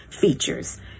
features